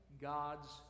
God's